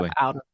out